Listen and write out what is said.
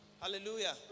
Hallelujah